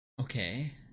okay